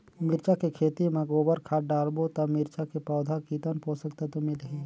मिरचा के खेती मां गोबर खाद डालबो ता मिरचा के पौधा कितन पोषक तत्व मिलही?